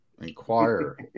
Inquire